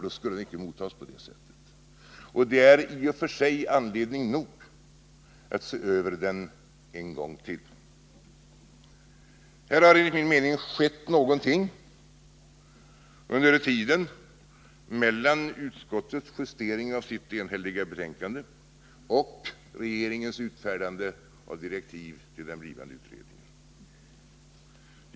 Då skulle den inte mottas på det sättet. Och det är i och för sig anledning nog att se över den en gång till. Här har det enligt min mening skett någonting under tiden mellan utskottets justering av dess enhälliga betänkande och regeringens utfärdande av direktiv till den blivande utreningen.